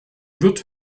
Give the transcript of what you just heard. wird